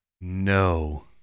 No